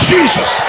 Jesus